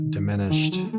Diminished